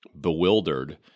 bewildered